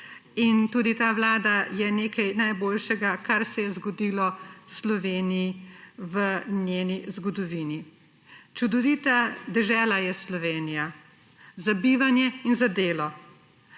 Tudi ta vlada je nekaj najboljšega, kar se je zgodilo Sloveniji v njeni zgodovini. Čudovita dežela je Slovenija, za bivanje in za delo.